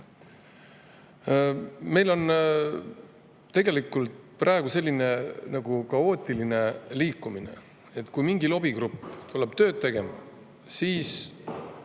Meil on praegu selline kaootiline liikumine, et kui mingi lobigrupp tuleb tööd tegema, siis